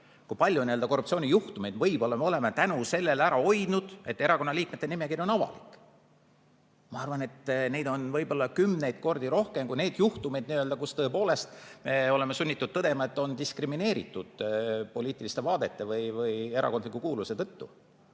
Kui palju korruptsioonijuhtumeid võib-olla me oleme tänu sellele ära hoidnud, et erakonnaliikmete nimekiri on avalik. Ma arvan, et neid on kümneid kordi rohkem kui neid juhtumeid, kus tõepoolest, me oleme sunnitud tõdema, et on diskrimineeritud poliitiliste vaadete või erakondliku kuuluvuse tõttu.